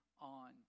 on